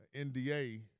NDA